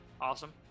Awesome